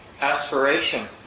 aspiration